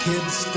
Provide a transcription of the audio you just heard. Kids